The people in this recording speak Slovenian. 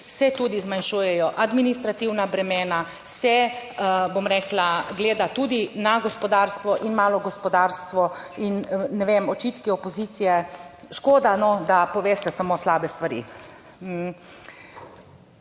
se tudi zmanjšujejo administrativna bremena, se, bom rekla, gleda tudi na gospodarstvo in malo gospodarstvo in ne vem, očitki opozicije, škoda da poveste samo slabe stvari.